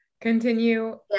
continue